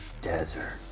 desert